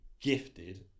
gifted